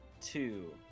two